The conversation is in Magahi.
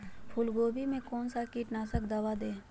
फूलगोभी में कौन सा कीटनाशक दवा दे?